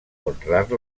honrar